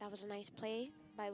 that was a nice play by